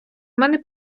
мене